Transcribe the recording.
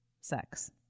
sex